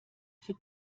für